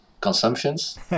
consumptions